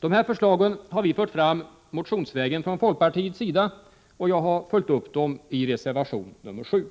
De här förslagen har vi från folkpartiets sida fört fram motionsvägen, och jag har följt upp dem i reservation nr 7.